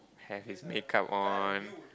have his makeup on